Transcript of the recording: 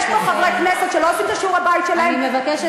יש פה חברי כנסת שלא עושים את שיעורי-הבית שלהם והם מבולבלים.